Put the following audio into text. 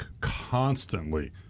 constantly